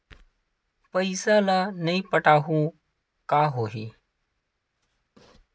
पईसा ल नई पटाहूँ का होही?